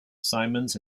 simonds